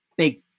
big